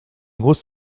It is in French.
grosse